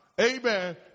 amen